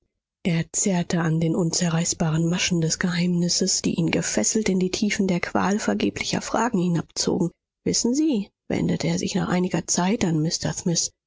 er zerrte an den unzerreißbaren maschen des geheimnisses die ihn gefesselt in die tiefen der qual vergeblicher fragen hinabzogen wissen sie wendete er sich nach einiger zeit an mr smith